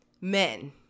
men